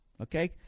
Okay